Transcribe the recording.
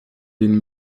den